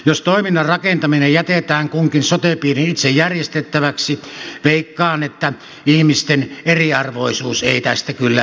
jos toiminnan rakentaminen jätetään kunkin sote piirin itse järjestettäväksi veikkaan että ihmisten eriarvoisuus ei tästä kyllä vähene